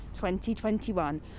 2021